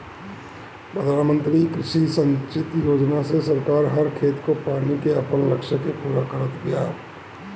प्रधानमंत्री कृषि संचित योजना से सरकार हर खेत को पानी के आपन लक्ष्य के पूरा करत बिया